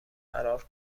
فرار